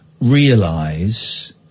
realize